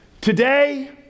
Today